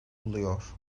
buluyor